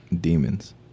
demons